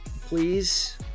Please